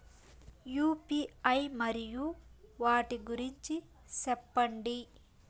UPI మరియు వాటి గురించి సెప్పండి?